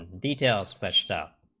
details fleshed out